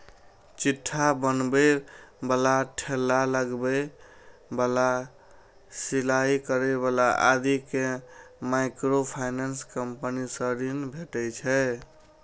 छिट्टा बनबै बला, ठेला लगबै बला, सिलाइ करै बला आदि कें माइक्रोफाइनेंस कंपनी सं ऋण भेटै छै